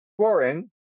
scoring